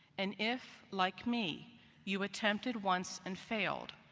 and if, like me you, attempted once and failed,